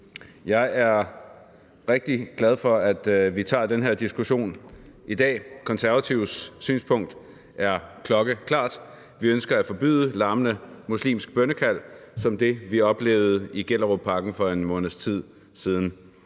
Jeg er rigtig glad for, at vi tager den her diskussion i dag. Konservatives synspunkt er klokkeklart: Vi ønsker at forbyde larmende muslimsk bønnekald som det, vi oplevede i Gellerupparken for en måneds tid siden.